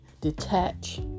detach